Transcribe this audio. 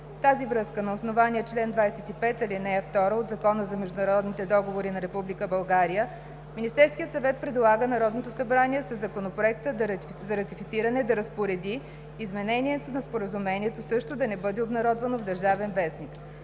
В тази връзка на основание чл. 25, ал. 2 от Закона за международните договори на Република България Министерският съвет предлага Народното събрание със Законопроекта за ратифициране да разпореди Изменението на Споразумението също да не бъде обнародвано в „Държавен вестник“.